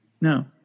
No